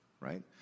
right